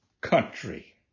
country